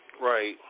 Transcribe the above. right